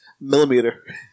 Millimeter